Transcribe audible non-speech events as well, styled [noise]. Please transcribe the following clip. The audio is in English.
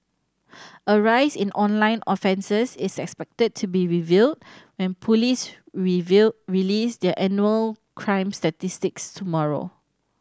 a rise in online offences is expected to be revealed when police [unintelligible] release their annual crime statistics tomorrow